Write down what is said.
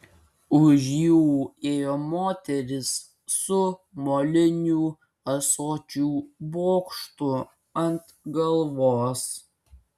už jų ėjo moteris su molinių ąsočių bokštu ant galvos